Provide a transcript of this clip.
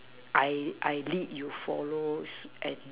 I I lead you follow suit and